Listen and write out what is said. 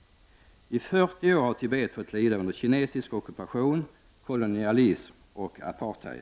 I fyrtio år har Tibet fått lida under kinesisk ockupation, kolonialism och apartheid.